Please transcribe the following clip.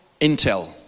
intel